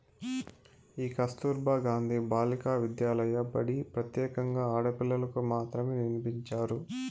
ఈ కస్తుర్బా గాంధీ బాలికా విద్యాలయ బడి ప్రత్యేకంగా ఆడపిల్లలకు మాత్రమే నిర్మించారు